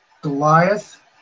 Goliath